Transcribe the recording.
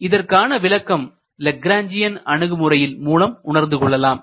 இதற்கான விளக்கம் லேக்ரஞ்ஜியன் அணுகுமுறையின் மூலம் உணர்ந்து கொள்ளலாம்